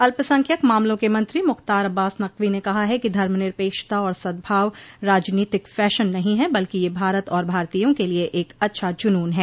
अल्पसंख्यक मामलों के मंत्री मुख्तार अब्बास नकवी ने कहा है कि धर्मनिरपेक्षता आर सद्भाव राजनीतिक फैशन नहीं है बल्कि यह भारत और भारतीयों के लिए एक अच्छा जुनून है